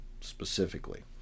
specifically